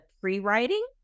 pre-writing